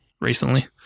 recently